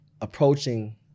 approaching